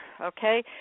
okay